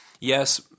yes